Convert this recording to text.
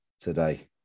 today